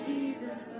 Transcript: Jesus